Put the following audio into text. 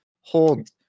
hold